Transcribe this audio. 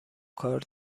کار